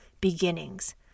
beginnings